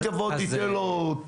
היא תבוא ותיתן לו,